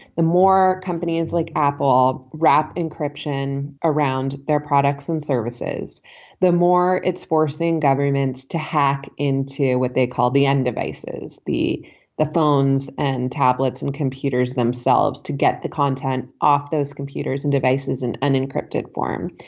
the more companies like apple wrap encryption around their products and services the more it's forcing governments to hack into what they call the end devices be the phones and tablets and computers themselves to get the content off those computers and devices in an encrypted form.